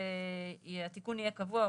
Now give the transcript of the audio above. הצבעה בעד,